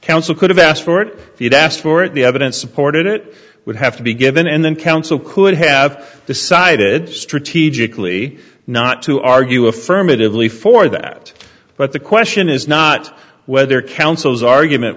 counsel could have asked for it if you'd asked for it the evidence supported it would have to be given and then counsel could have decided strategically not to argue affirmatively for that but the question is not whether counsel's argument